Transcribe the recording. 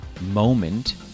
moment